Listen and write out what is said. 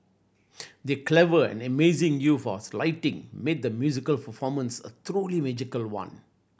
the clever and amazing use of slighting made the musical performance a truly magical one